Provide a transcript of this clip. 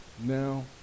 now